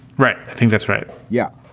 right. i think that's right. yeah.